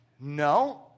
No